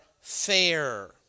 fair